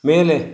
ಮೇಲೆ